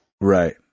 right